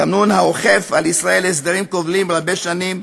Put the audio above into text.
תמנון האוכף על ישראל הסדרים כובלים רבי-שנים,